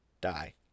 die